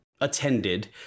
attended